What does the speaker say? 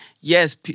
Yes